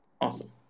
Awesome